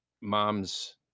mom's